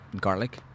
garlic